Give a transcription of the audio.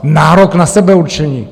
Nárok na sebeurčení.